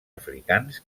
africans